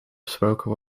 besproken